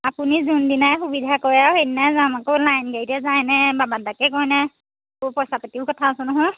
আপুনি যোনদিনাই সুবিধা কৰে আৰু সেইদিনাই যাম আকৌ লাইন গাড়ীতে যায়নে বাবা দাকে কয়নে বোলো পইচা পাতিৰো কথা আছে নহয়